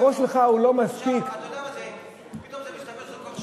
הראש שלך הוא לא מספיק, זה רעיון יפה מאוד.